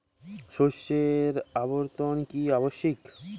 শস্যের আবর্তন কী আবশ্যক?